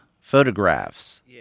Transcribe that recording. photographs